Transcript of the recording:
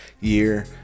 year